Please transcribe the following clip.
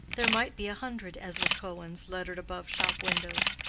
there might be a hundred ezra cohens lettered above shop windows,